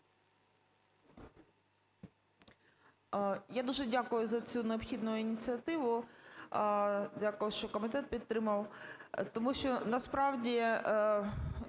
Я дуже дякую за цю необхідну ініціативу, дякую, що комітет підтримав. Тому що насправді